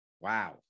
Wow